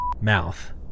mouth